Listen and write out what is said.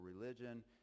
religion